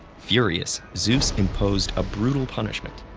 furious, zeus imposed a brutal punishment.